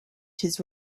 his